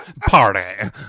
party